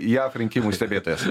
jav rinkimų stebėtojas